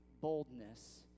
boldness